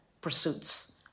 pursuits